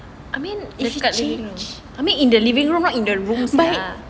dekat living room I mean in the living room not in the rooms lah